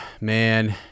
man